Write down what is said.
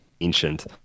Ancient